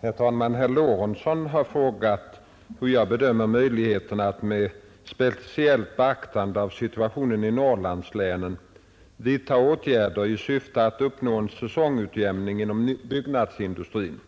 Herr talman! Herr Lorentzon har frågat hur jag bedömer möjligheterna att med speciellt beaktande av situationen i Norrlandslänen vidta åtgärder i syfte att uppnå en säsongutjämning inom byggnadsindustrin,